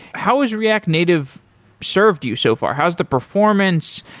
how is react native served you so far? how is the performance?